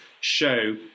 show